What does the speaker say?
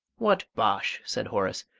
what bosh! said horace.